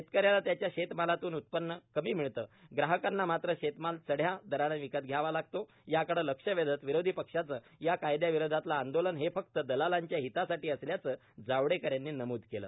शेतकऱ्याला त्याच्या शेतमालातून उत्पन्न कमी मिळतं ग्राहकांना मात्र शेतमाल चढ़्या दरानं विकत घ्यावा लागतो याकडे लक्ष वेधत विरोधी पक्षांचं या कायदयाविरोधातलं आंदोलन हे फक्त दलालांच्या हितासाठी असल्याचं जावडेकर यांनी नमूद केलं